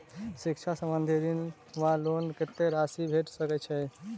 शिक्षा संबंधित ऋण वा लोन कत्तेक राशि भेट सकैत अछि?